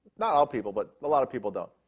not all people, but a lot of people don't.